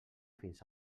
fins